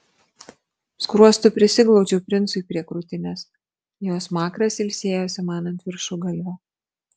skruostu prisiglaudžiau princui prie krūtinės jo smakras ilsėjosi man ant viršugalvio